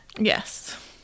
Yes